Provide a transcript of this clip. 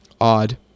odd